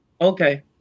Okay